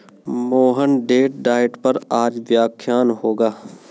Mohan date diet पर आज व्याख्यान होगा